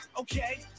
okay